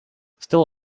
still